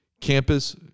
campus